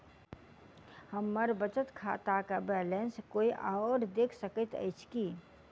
हम्मर बचत खाता केँ बैलेंस कोय आओर देख सकैत अछि की